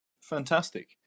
Fantastic